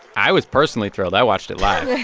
i was personally thrilled. i watched it live